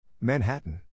Manhattan